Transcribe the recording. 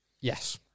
Yes